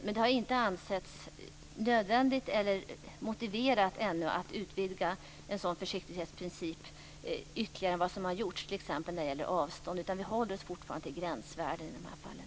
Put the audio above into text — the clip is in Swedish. Men det har inte ännu ansetts nödvändigt eller motiverat att utvidga en sådan försiktighetsprincip ytterligare mer än vad som redan har gjorts när det gäller t.ex. avstånd. Vi håller oss fortfarande till gränsvärden i de fallen.